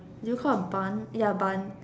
do you call a bun ya bun